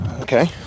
Okay